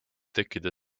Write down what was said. tekkida